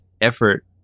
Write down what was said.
effort